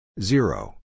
Zero